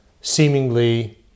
seemingly